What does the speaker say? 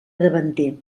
davanter